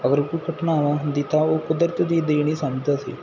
ਅਗਰ ਕੋਈ ਘਟਨਾਵਾਂ ਹੁੰਦੀ ਤਾਂ ਉਹ ਕੁਦਰਤ ਦੀ ਦੇਣ ਹੀ ਸਮਝਦਾ ਸੀ